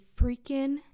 freaking